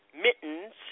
Mittens